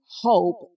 hope